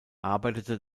arbeitete